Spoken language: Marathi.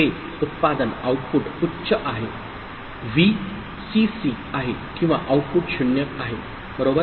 हे उत्पादन आउटपुट उच्च आहे Vcc आहे किंवा आउटपुट 0 आहे बरोबर